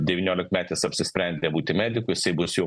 devyniolikmetis apsisprendė būti mediku jisai bus jau